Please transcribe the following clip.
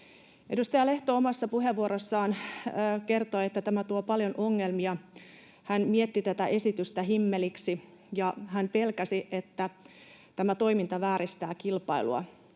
Edustaja Lehto omassa puheenvuorossaan kertoi, että tämä tuo paljon ongelmia. Hän mietti tätä esitystä himmeliksi, ja hän pelkäsi, että tämä toiminta vääristää kilpailua.